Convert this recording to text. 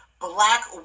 black